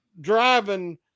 driving